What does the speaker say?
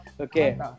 Okay